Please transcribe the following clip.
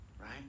Right